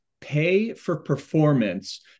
pay-for-performance